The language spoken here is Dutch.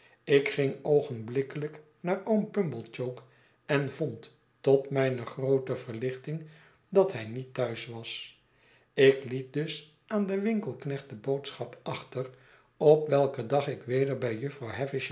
ik ging oogenblikkelijk naar oom pumblechook en vond tot mijne groote verlichting dat hij niet thuis was ik liet dus aan den winkelknecht de boodschap achter op welken dag ik weder bij jufvrouw